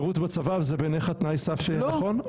שירות בצבא זה בעיניך תנאי סף נכון?